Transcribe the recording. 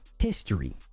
History